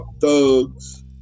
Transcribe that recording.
thugs